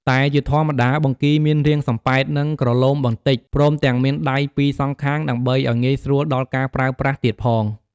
តែជាធម្មតាបង្គីមានរាងសំពែត និងក្រឡូមបន្តិច ព្រមទាំងមានដៃពីរសងខាង ដើម្បីឲ្យងាយស្រួលដល់ការប្រើប្រាស់ទៀតផង។